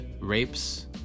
rapes